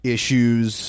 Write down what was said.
Issues